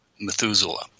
Methuselah